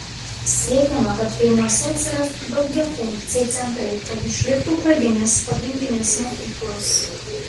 siekiama kad kaimuose atsirastų daugiafunkciai centrai kad išliktų pradinės pagrindinės mokyklos